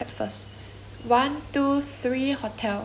one two three hotel